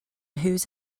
whose